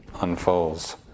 unfolds